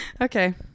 Okay